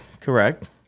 Correct